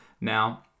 Now